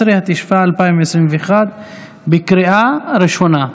19), התשפ"א 2021, בקריאה ראשונה.